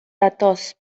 datoz